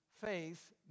faith